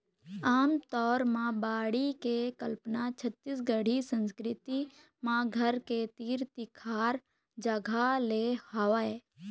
आमतौर म बाड़ी के कल्पना छत्तीसगढ़ी संस्कृति म घर के तीर तिखार जगा ले हवय